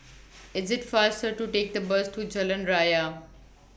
IS IT faster to Take The Bus to Jalan Raya